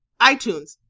iTunes